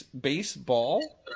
baseball